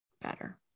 better